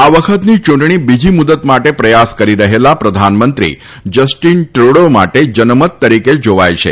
આ વખતની યુંટણી બીજી મુદત માટે પ્રયાસ કરી રહેલા પ્રધાનમંત્રી જસ્ટીન ટ્રડો માટે જનમત તરીકે જોવાય છે